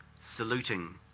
saluting